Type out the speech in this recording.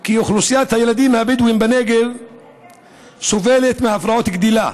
כי אוכלוסיית הילדים הבדואים בנגב סובלת מהפרעות גדילה,